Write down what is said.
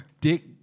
Dick